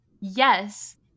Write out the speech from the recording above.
yes